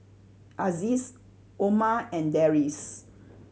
Aziz Omar and Deris